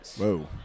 Whoa